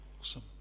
Awesome